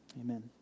Amen